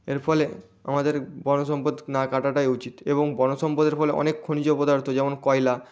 এর ফলে আমাদের বনজ সম্পদ না কাটাটাই উচিত এবং বন সম্পদের ফলে অনেক খনিজ পদার্থ যেমন কয়লা